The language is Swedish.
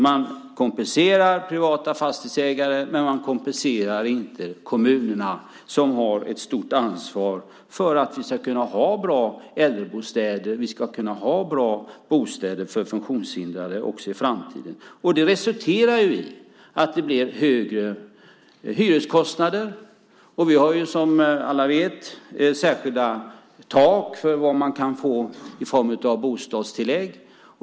Man kompenserar privata fastighetsägare men man kompenserar inte kommunerna, som har ett stort ansvar för att vi ska kunna ha bra äldrebostäder och bra bostäder för funktionshindrade också i framtiden. Det resulterar ju i att det blir högre hyreskostnader. Vi har, som alla vet, särskilda tak för vad man kan få i form av bostadstillägg.